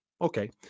Okay